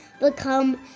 become